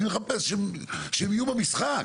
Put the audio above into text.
אני מחפש שהם יהיו במשחק,